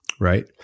Right